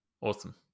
Awesome